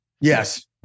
Yes